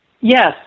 Yes